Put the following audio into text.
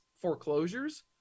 foreclosures